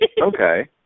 Okay